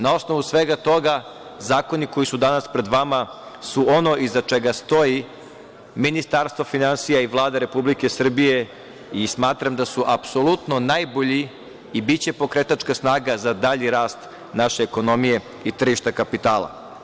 Na osnovu svega toga zakoni koji su danas pred vama su ono iza čega stoji Ministarstvo finansija i Vlada Republike Srbije i smatram da su apsolutno najbolji i biće pokretačka snaga za dalji rast naše ekonomije i tržišta kapitala.